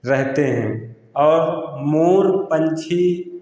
रहते हैं और मोर पंछी